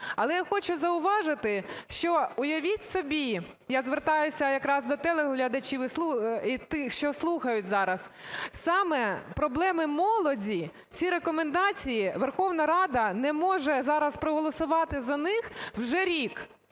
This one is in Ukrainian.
Але я хочу зауважити, що, уявіть собі, – я звертаюся якраз до телеглядачів і тих, що слухають зараз, – саме проблеми молоді ці рекомендації, Верховна Рада не може зараз проголосувати за них вже рік.